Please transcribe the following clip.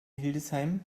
hildesheim